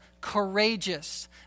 courageous